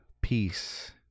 peace